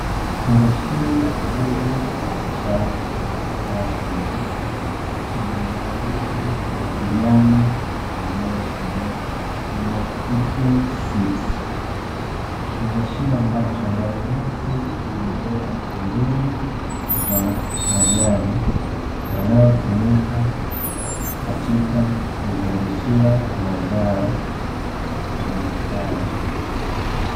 Kifungashio kidogo cha plastiki chenye maandishi ya kijani yanayosomeka kama "EA SEEDS" kifungashio ambacho ndani yake kimebeba mbegu za majani yanayotumika katika kuzalishia mazao ya biashara.